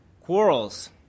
quarrels